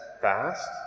fast